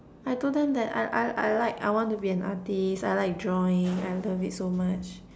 I told them that I I I like I want to be an artist I like drawing I love it so much